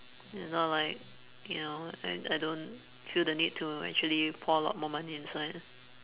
it's not like you know I I don't feel the need to actually pour a lot more money inside